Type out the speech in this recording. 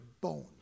bones